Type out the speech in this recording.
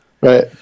Right